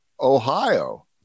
Ohio